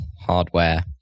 hardware